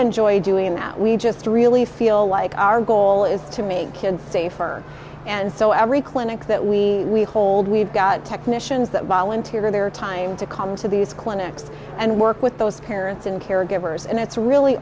enjoy doing that we just really feel like our goal is to make kids safer and so every clinic that we hold we've got technicians that volunteer their time to come to these clinics and work with those parents and caregivers and it's really